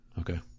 Okay